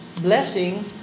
blessing